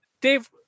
Dave